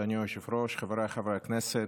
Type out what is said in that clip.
אדוני היושב-ראש, חבריי חברי הכנסת,